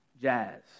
jazz